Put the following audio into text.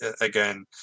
again